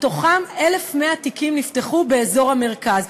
מתוכם 1,100 תיקים נפתחו באזור המרכז.